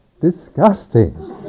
disgusting